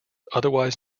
otherwise